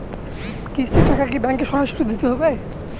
কিস্তির টাকা কি ব্যাঙ্কে সরাসরি দিতে হবে?